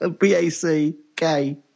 B-A-C-K